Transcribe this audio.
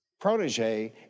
protege